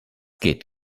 geht